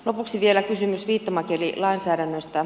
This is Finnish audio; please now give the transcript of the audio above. lopuksi vielä kysymys viittomakielilainsäädännöstä